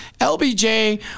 LBJ